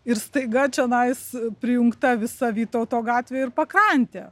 ir staiga čionai su prijungta visa vytauto gatve ir pakrante